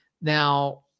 Now